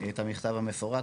את המכתב המפורט,